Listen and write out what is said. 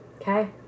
okay